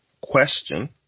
question